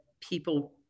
people